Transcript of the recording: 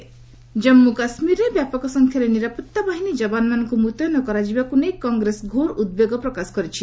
କଂଗ୍ରେସ କେ ଆଣ୍ଡ କେ ଜାମ୍ମୁ କାଶ୍କୀରରେ ବ୍ୟାପକ ସଂଖ୍ୟାରେ ନିରାପତ୍ତା ବାହିନୀ ଯବାନମାନଙ୍କୁ ମୁତୟନ କରାଯିବାକୁ ନେଇ କଂଗ୍ରେସ ଘୋର ଉଦ୍ବେଗ ପ୍ରକାଶ କରିଛି